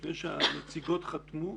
שלפני שהנציגות חתמו,